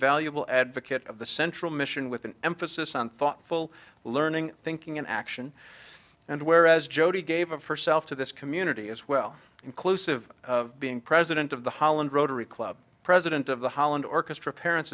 valuable advocate of the central mission with an emphasis on thoughtful learning thinking and action and whereas jodi gave of herself to this community as well inclusive of being president of the holland rotary club president of the holland orchestra parents